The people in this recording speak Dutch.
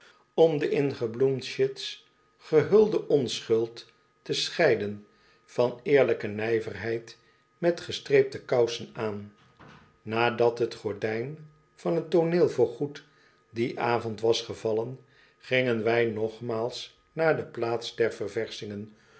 om de in gebloemd chits gehulde onschuld te scheiden van eerlijke nijverheid met gestreepte kousen aan nadat t gordijn van t tooneel voorgoed dien avond was gevallen gingen wij nogmaals naar de plaats der ververschingen